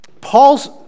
Paul's